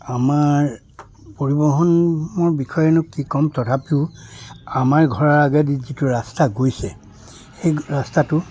আমাৰ পৰিবহনৰ বিষয়েনো কি ক'ম তথাপিও আমাৰ ঘৰৰ আগেদি যিটো ৰাস্তা গৈছে সেই ৰাস্তাটো